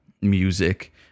music